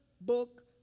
book